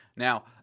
now,